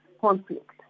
conflict